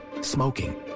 smoking